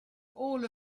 all